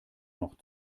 noch